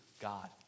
God